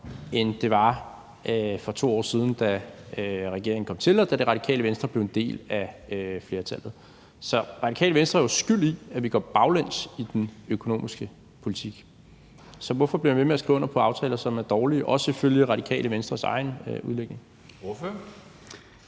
end det var for 2 år siden, da regeringen kom til og Det Radikale Venstre blev en del flertallet. Så Radikale Venstre er jo skyld i, at vi går baglæns i den økonomiske politik. Så hvorfor bliver I ved med at skrive under på aftaler, som er dårlige, også følge Radikale Venstres egen udlægning?